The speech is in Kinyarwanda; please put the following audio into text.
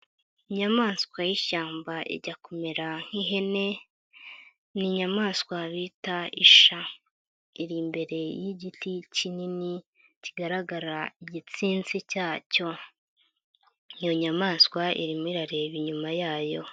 Inyamaswa y'ishyamba ijya kumera nk'ihene ni inyamaswa bita isha, iri imbere y'igiti kinini kigaragara igitsitsi cyacyo, iyo nyamaswa irimo irareba inyuma yayo.